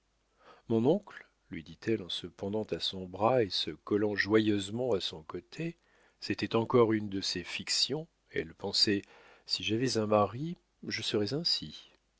mon oncle lui dit-elle en se pendant à son bras et se collant joyeusement à son côté c'était encore une de ses fictions elle pensait si j'avais un mari je serais ainsi